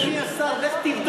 אבל, אדוני השר, לך תבדוק.